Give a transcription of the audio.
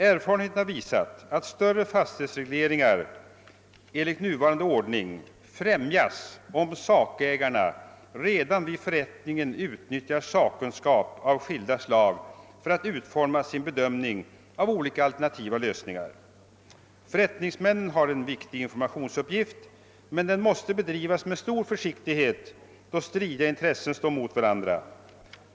Erfarenheten har visat att större fastighetsregleringar enligt nuvarande ordning främjas, om sakägarna redan vid förrättningen utnyttjar sakkunskap av skilda slag för att utforma sin bedömning av olika alternativa lösningar. Förrättningsmannen har en viktig informationsuppgift, men den måste fullgöras med stor försiktighet då stridiga intressen står mot varandra.